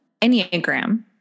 Enneagram